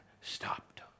stopped